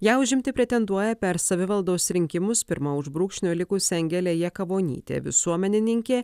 ją užimti pretenduoja per savivaldos rinkimus pirma už brūkšnio likusi angelė jakavonytė visuomenininkė